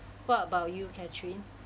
what about you catherine